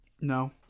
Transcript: no